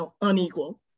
unequal